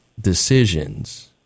decisions